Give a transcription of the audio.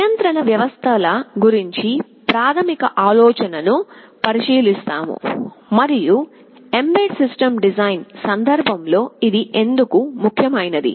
నియంత్రణ వ్యవస్థల గురించి ప్రాథమిక ఆలోచనను పరిశీలిస్తాము మరియు ఎంబెడెడ్ సిస్టమ్ డిజైన్ సందర్భంలో ఇది ఎందుకు ముఖ్యమైనది